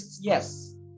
Yes